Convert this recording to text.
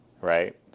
right